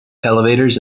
elevators